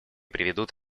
приведут